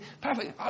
Perfect